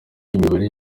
mibare